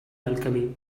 alchemy